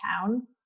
town